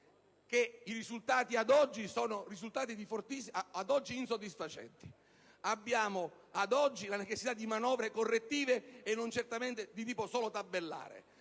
che i risultati ad oggi sono insoddisfacenti: vi sono ad oggi la necessità di manovre correttive e non certamente di tipo solo tabellare